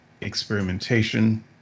experimentation